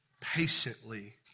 patiently